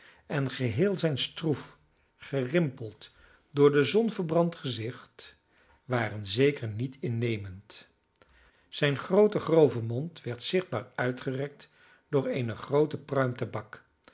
en geheel zijn stroef gerimpeld door de zon verbrand gezicht waren zeker niet innemend zijn groote grove mond werd zichtbaar uitgerekt door eene groote